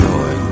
Joy